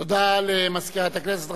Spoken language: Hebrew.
תודה למזכירת הכנסת.